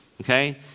okay